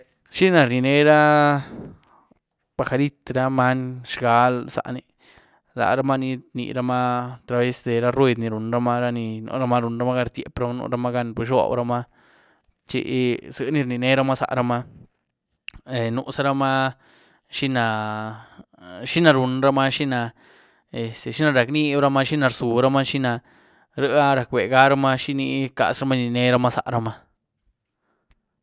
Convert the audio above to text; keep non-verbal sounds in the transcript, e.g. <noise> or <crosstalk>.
Xi na rníneraa pajarit, raa many xhgaa zaání, laramaa ní rniramaa atraves de raa ruidy ní runramaa, raa ní nuramaa runramaagan rtyiepramaa nuramaa runramaagan rguzhoobramaa, chi zyiení rníneraa zaáramaa, eh nuzaáramaa xi naa xi naa runramaa, xi na eh <unintelligible> xi na rac´nibyebrumaa, xi na rzuramaa xi na, rieah rac´begaramaa xi ni rcazrumaa inyieneramaa zaáramaa.